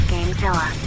GameZilla